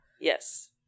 Yes